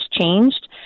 changed